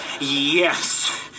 Yes